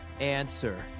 answer